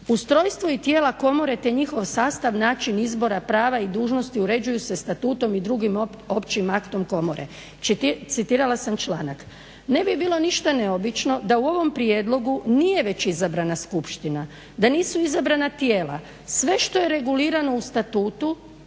Ustrojstvo i tijela komore te njihov sastav, način izbora, prava i dužnosti uređuju se statutom i drugim općim aktom komore." Citirala sam članak. Ne bi bilo ništa neobično da u ovom prijedlogu nije već izabrana skupština, da nisu izabrana tijela sve što je regulirano u statutu